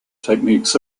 techniques